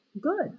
good